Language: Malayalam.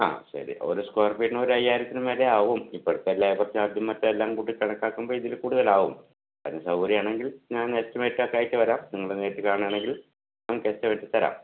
ആ ശെരി ഒരു സ്കൊയർ ഫീറ്റ്ന് ഒരയ്യായിരത്തിന് മേലെ ആവും ഇപ്പോഴത്തെ ലേബർ ചാർജും മറ്റേ എല്ലാം കൂട്ടി കണക്കാക്കുമ്പോൾ ഇതിൽ കൂടുതൽ ആകും അതിനു സൗകര്യമാണെങ്കിൽ ഞാൻ എസ്റ്റിമേറ്റൊക്കെ ആയിട്ട് വരാം നിങ്ങളെ നേരിട്ട് കാണുവാണെങ്കിൽ നമുക്ക് എസ്റ്റിമേറ്റ് തരാം